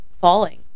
falling